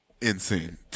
Insane